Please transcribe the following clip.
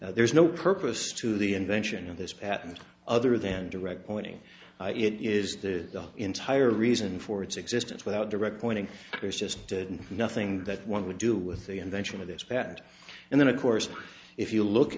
there is no purpose to the invention of this patent other than direct pointing it is the entire reason for its existence without direct pointing there's just nothing that one would do with the invention of this patent and then of course if you look